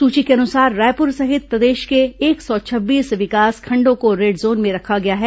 सूची के अनुसार रायपुर सहित प्रदेश के एक सौ छब्बीस विकासखंडों को रेड जोन में रखा गया है